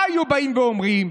מה היו באים ואומרים?